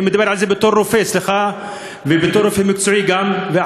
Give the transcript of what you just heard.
אני מדבר על זה בתור רופא וגם בתור רופא מקצועי ואחראי.